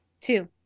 Two